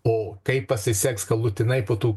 o kaip pasiseks galutinai po tų